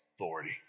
authority